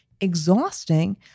exhausting